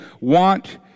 want